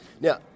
Now